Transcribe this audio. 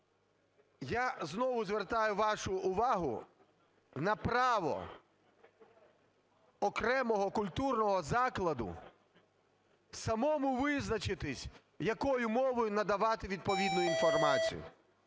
Я знову звертаю вашу увагу на право окремого культурного закладу самому визначитись, якою мовою надавати відповідну інформацію.